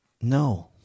No